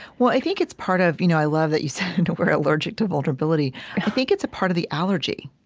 well, i think it's part of you know, i love that you said and that we're allergic to vulnerability. i think it's a part of the allergy.